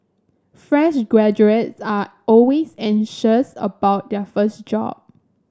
fresh graduates are always anxious about their first job